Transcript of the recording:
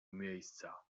miejsca